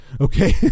Okay